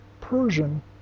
Persian